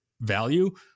value